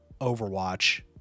Overwatch